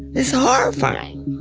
it's ah horrifying.